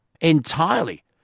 entirely